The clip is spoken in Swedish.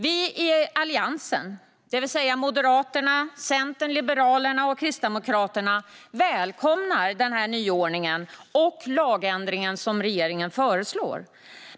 Vi i Alliansen, det vill säga Moderaterna, Centern, Liberalerna och Kristdemokraterna, välkomnar den nyordning och lagändring som regeringen föreslår.